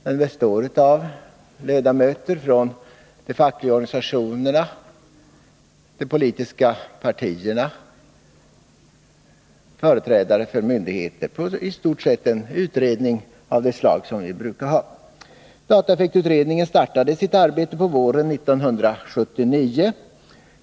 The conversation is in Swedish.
Den består av ledamöter från de fackliga organisationerna och de politiska partierna samt företrädare för myndigheter m.fl. Det är i stort sett en utredning av det slag vi brukar ha. Dataeffektutredningen startade sitt arbete våren 1979.